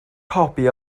copi